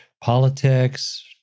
politics